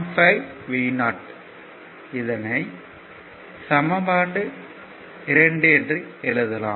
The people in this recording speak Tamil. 5 Vo என எழுதலாம்